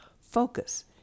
Focus